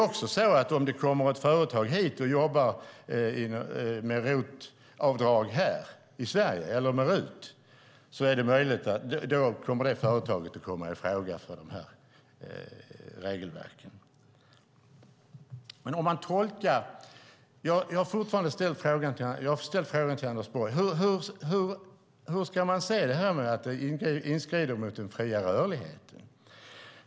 Om det kommer ett företag med RUT eller ROT-tjänster hit kommer det företaget att komma i fråga för de här regelverken. Jag har ställt frågan till Anders Borg: Hur ska man se det här att det strider mot den fria rörligheten?